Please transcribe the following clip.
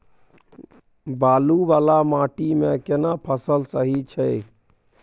बालू वाला माटी मे केना फसल सही छै?